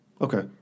Okay